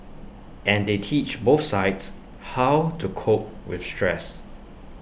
and they teach both sides how to cope with stress